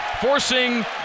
forcing